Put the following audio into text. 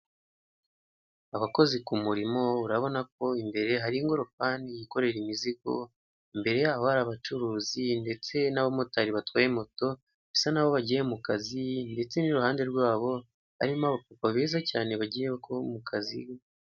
Abakozi k'umurimo urabona ko imbere hari ingorofani yikorera imizigo, imbere yaho hari abacuruzi ndetse nabamotari batwaye moto bisa naho bagiye mukazi ndetse niruhande rwabo harimo aba papa beza cyane bagiye mukazi.